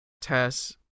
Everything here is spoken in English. Tess